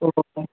ஓ ஓ